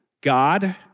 God